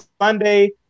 Sunday